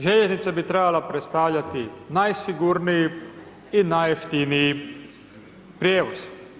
Željeznica bi trebala predstavljati najsigurniji i najjeftiniji prijevoz.